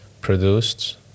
produced